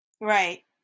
right